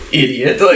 idiot